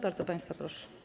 Bardzo państwa proszę.